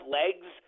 legs